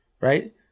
Right